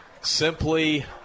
simply